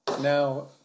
now